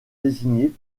désigné